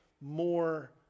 more